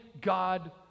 God